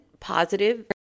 positive